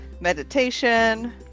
meditation